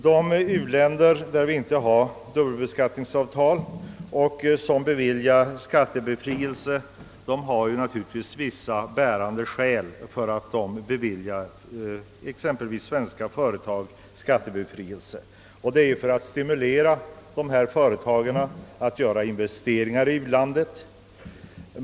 De u-länder med vilka Sverige inte har dubbelbeskattningsavtal och som beviljar skattebefrielse har naturligtvis vissa bärande skäl för att bevilja exempelvis svenska företag denna befrielse, nämligen att stimulera dem att investera i u-landet.